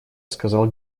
сказал